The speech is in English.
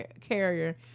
carrier